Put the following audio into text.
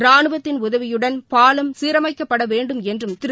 ராணுவத்தின் உதவியுடன் பாலம் சீரமைக்கப்படவேண்டும் என்றும் திரு